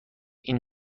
این